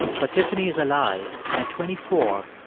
but tiffany is alive, and at twenty four,